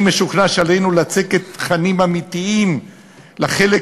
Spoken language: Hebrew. אני משוכנע שעלינו לצקת תכנים אמיתיים לחלק